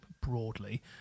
broadly